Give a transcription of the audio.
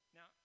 Now